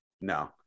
No